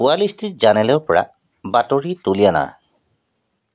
wall Street জাৰ্নেলৰ পৰা বাতৰি তুলি আনা